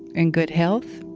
and good health,